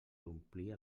omplia